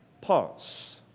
Pause